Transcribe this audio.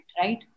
right